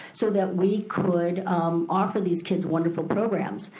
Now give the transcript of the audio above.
so that we could um offer these kids wonderful programs.